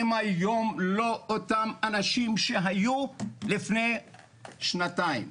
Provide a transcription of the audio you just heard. הם היום לא אותם אנשים שהיו לפני שנתיים.